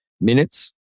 minutes